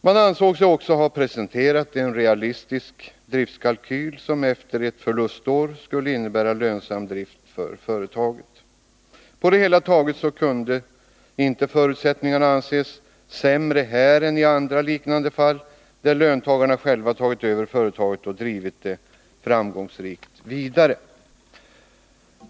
Man ansåg sig också Nr 23 ha presenterat en realistisk driftkalkyl som efter ett förlustår skulle innebära lönsam drift för företaget. På det hela taget kunde inte förutsättningarna anses sämre här än i andra liknande fall där löntagarna själva tagit över företaget och framgångsrikt drivit detta vidare.